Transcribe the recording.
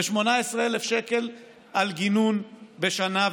ו-18,000 שקלים על גינון בשנה,